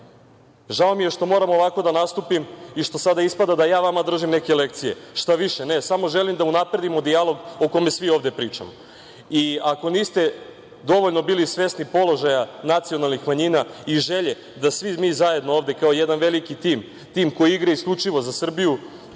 mi je što moram ovako da nastupim i što sada ispada da ja vama držim neke lekcije. Šta više, ne, samo želim da unapredimo dijalog o kome svi ovde pričamo. Ako niste dovoljno bili svesni položaja nacionalnih manjina i želje da svi mi zajedno ovde kao jedan veliki tim, tim koji igra isključivo za Srbiju,